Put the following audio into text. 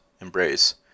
embrace